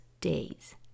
days